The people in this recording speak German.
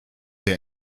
der